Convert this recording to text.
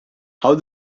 how